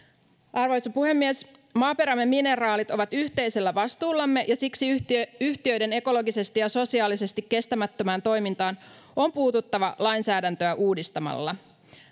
arvoisa puhemies maaperämme mineraalit ovat yhteisellä vastuullamme ja siksi yhtiöiden yhtiöiden ekologisesti ja sosiaalisesti kestämättömään toimintaan on puututtava lainsäädäntöä uudistamalla